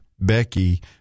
Becky